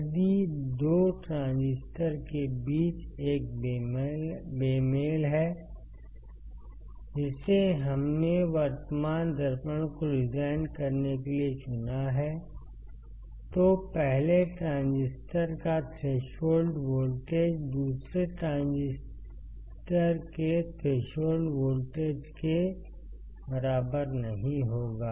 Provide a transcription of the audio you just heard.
यदि 2 ट्रांजिस्टर के बीच एक बेमेल है जिसे हमने वर्तमान दर्पण को डिजाइन करने के लिए चुना है तो पहले ट्रांजिस्टर का थ्रेशोल्ड वोल्टेज दूसरे ट्रांजिस्टर के थ्रेशोल्ड वोल्टेज के बराबर नहीं होगा